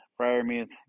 friarmuth